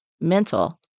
mental